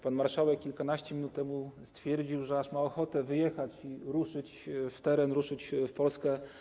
Pan marszałek kilkanaście minut temu stwierdził, że aż ma ochotę wyjechać i ruszyć w teren, ruszyć w Polskę.